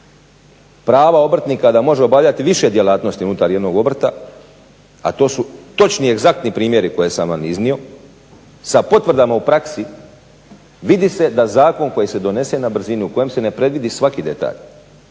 prava obrtnika da može obavljati više djelatnosti unutar jednog obrta, a to su točni i egzaktni primjeri koje sam vam iznio sa potvrdama u praksi vidi se da zakon koji se donese na brzinu u kojem se ne predvidi svaki detalj